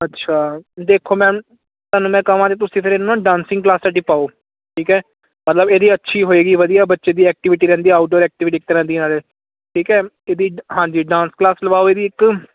ਅੱਛਾ ਦੇਖੋ ਮੈਮ ਤੁਹਾਨੂੰ ਮੈਂ ਕਵਾਂ ਕਿ ਤੁਸੀਂ ਫਿਰ ਇਹਨੂੰ ਡਾਂਸਿੰਗ ਕਲਾਸ ਤੁਹਾਡੀ ਪਾਓ ਠੀਕ ਹੈ ਮਤਲਬ ਇਹਦੀ ਅੱਛੀ ਹੋਏਗੀ ਵਧੀਆ ਬੱਚੇ ਦੀ ਐਕਟੀਵਿਟੀ ਰਹਿੰਦੀ ਆਊਟ ਡੋਰ ਐਕਟੀਵਿਟੀ ਰਹਿੰਦੀ ਆ ਠੀਕ ਹੈ ਇਹਦੀ ਹਾਂਜੀ ਡਾਂਸ ਕਲਾਸ ਲਵਾਓ ਇਹਦੀ ਇੱਕ